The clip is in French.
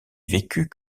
vécut